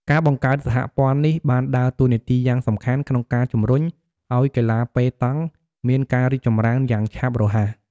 ការបង្កើតសហព័ន្ធនេះបានដើរតួនាទីយ៉ាងសំខាន់ក្នុងការជំរុញឱ្យកីឡាប៉េតង់មានការរីកចម្រើនយ៉ាងឆាប់រហ័ស។